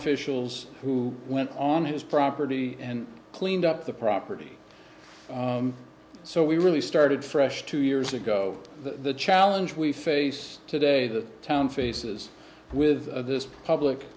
officials who went on his property and cleaned up the property so we really started fresh two years ago the challenge we face today the town faces with this public